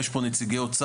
אם יש פה נציגי אוצר,